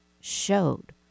showed